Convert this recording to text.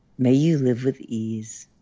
may you live with ease.